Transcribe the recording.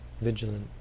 vigilant